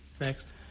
Next